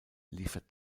liefert